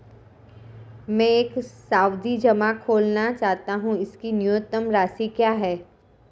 मैं एक सावधि जमा खोलना चाहता हूं इसकी न्यूनतम राशि क्या है?